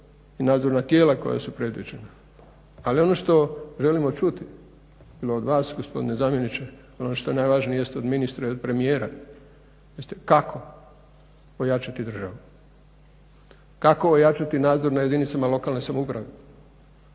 i nadzorna tijela koja su predviđena ali ono što želimo čuti bilo od vas gospodine zamjeniče ono što je najvažnije jest od ministra i premijera … kako ojačati državu. Kako ojačati nadzor na jedinicama lokalne samouprave?